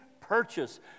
purchase